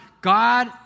God